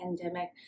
pandemic